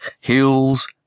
hills